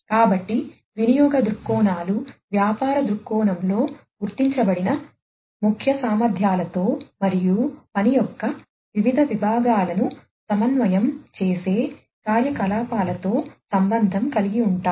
కాబట్టి వినియోగ దృక్కోణాలు వ్యాపార దృక్కోణంలో గుర్తించబడిన ముఖ్య సామర్థ్యాలతో మరియు పని యొక్క వివిధ విభాగాలను సమన్వయం చేసే కార్యకలాపాలతో సంబంధం కలిగి ఉంటాయి